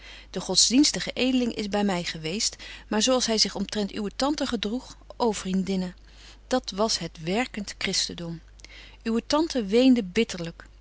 de godsdienstige edeling is by my geweest maar zo als hy zich omtrent uwe tante gedroeg ô vriendinne dat was het werkent christendom uwe tante weende